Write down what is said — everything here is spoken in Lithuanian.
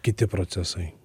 kiti procesai